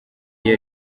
iyo